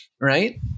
Right